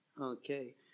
Okay